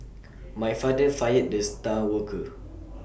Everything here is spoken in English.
my father fired the star worker